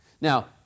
Now